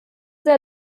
sehr